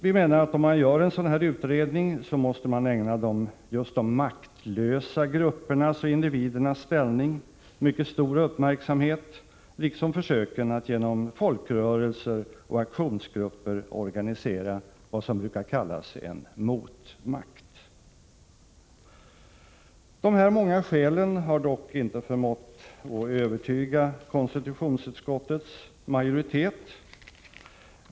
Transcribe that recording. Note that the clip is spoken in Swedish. Vi menar att om man gör en sådan här utredning måste man ägna mycket stor uppmärksamhet åt just de maktlösa gruppernas och individernas ställning, liksom åt försöken att genom folkrörelser och aktionsgrupper organisera vad som brukar kallas en motmakt. Dessa många skäl har dock inte förmått övertyga konstitutionsutskottets majoritet.